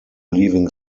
leaving